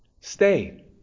Stay